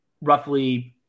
roughly